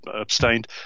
abstained